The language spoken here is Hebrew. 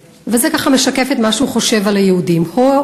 וזה ככה משקף את מה שהוא חושב על היהודים: "הו,